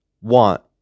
want